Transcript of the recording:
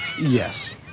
Yes